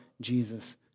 Jesus